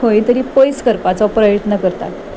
खंय तरी पयस करपाचो प्रयत्न करतात